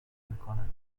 میکنن